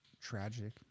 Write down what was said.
tragic